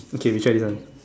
okay we try this one